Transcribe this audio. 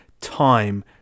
time